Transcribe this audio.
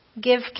Give